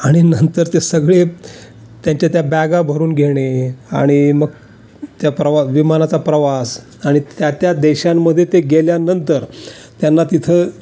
आणि नंतर ते सगळे त्यांच्या त्या बॅगा भरून घेणे आणि मग त्या प्रवा विमानाचा प्रवास आणि त्या त्या देशांमध्ये ते गेल्यानंतर त्यांना तिथं